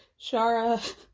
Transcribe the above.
Shara